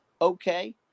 okay